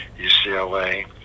UCLA